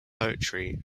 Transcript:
poetry